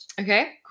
Okay